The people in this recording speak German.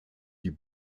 die